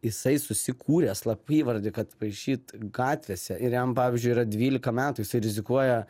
jisai susikūrė slapyvardį kad paišyt gatvėse ir jam pavyzdžiui yra dvylika metų jis rizikuoja